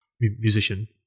musician